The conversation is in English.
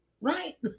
right